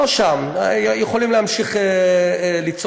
אני לא שם, יכולים להמשיך לצעוק.